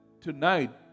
tonight